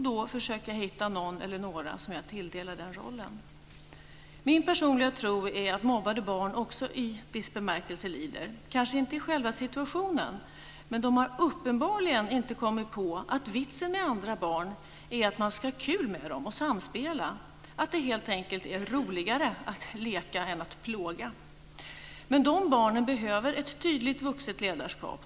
Då försöker jag att hitta någon eller några som jag tilldelar den rollen. Min personliga tro är att mobbande barn också i viss bemärkelse lider, men kanske inte i själva situationen. De har uppenbarligen inte kommit på att vitsen med andra barn är att man ska ha kul med dem och samspela, att det helt enkelt är roligare att leka än att plåga. De barnen behöver ett tydligt vuxet ledarskap.